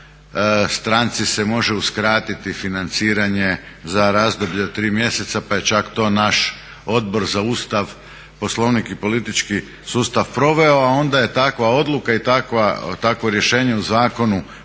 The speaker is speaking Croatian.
stranci se može uskratiti financiranje za razdoblje od 3 mjeseca pa je čak to naš Odbor za Ustav, Poslovnik i politički sustav proveo, a onda je takva odluka i takvo rješenje u zakonu